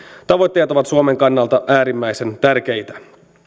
tavoitteet ovat suomen kannalta äärimmäisen tärkeitä